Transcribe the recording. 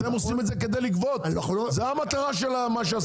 אתם עושים את זה כדי לגבות, זו המטרה של מה שעשית.